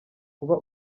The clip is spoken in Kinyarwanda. kuba